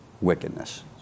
wickedness